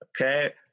Okay